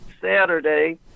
Saturday